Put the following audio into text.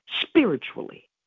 spiritually